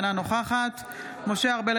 אינה נוכחת משה ארבל,